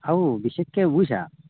আৰু বিশেষকৈ বুইছা